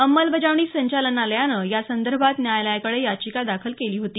अंमलबजावणी संचालनालयानं यासंदर्भात न्यायालयाकडे याचिका दाखल केली होती